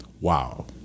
wow